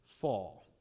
fall